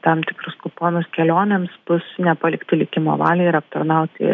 tam tikrus kuponus kelionėms bus nepalikti likimo valiai ir aptarnauti